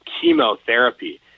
chemotherapy